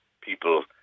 people